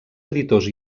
editors